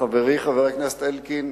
חברי חבר הכנסת אלקין,